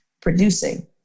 producing